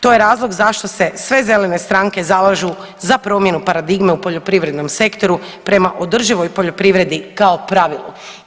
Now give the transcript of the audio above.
To je razlog zašto se sve zelene stranke zalažu za promjenu paradigme u poljoprivredom sektoru prema održivoj poljoprivredi kao pravilu.